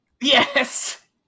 Yes